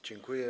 Dziękuję.